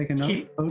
keep